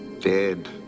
Dead